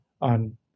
on